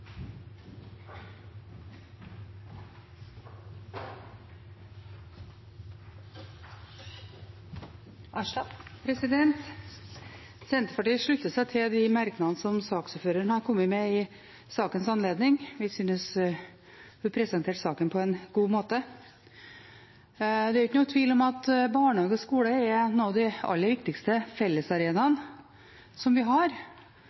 Senterpartiet slutter seg til de merknadene som saksordføreren har kommet med i sakens anledning, og som presenterte saken på en god måte. Det er ikke noen tvil om at barnehage og skole er noen av de aller viktigste fellesarenaene vi har,